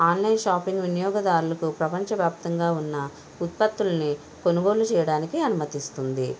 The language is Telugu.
ఆన్లైన్ షాపింగ్ వినియోగదారులకు ప్రపంచ వ్యాప్తంగా ఉన్న ఉత్పత్తుల్ని కొనుగోలు చేయడానికి అనుమతిస్తుంది